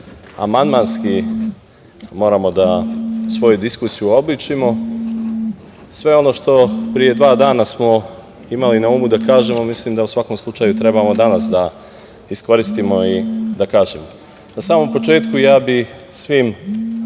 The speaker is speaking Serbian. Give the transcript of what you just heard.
amandmanski moramo da svoju diskusiju uobličimo, sve ono što smo pre dva dana imali na umu da kažemo mislim da u svakom slučaju trebamo danas da iskoristimo i da kažemo. Na samom početku ja bih svim